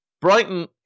Brighton